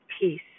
peace